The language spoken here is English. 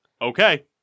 Okay